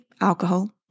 alcohol